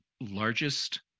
largest